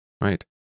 right